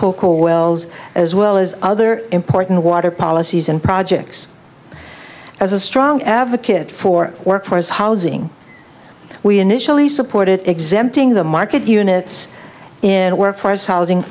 caldwell's as well as other important water policies and projects as a strong advocate for workforce housing we initially supported exempting the market units in workforce housing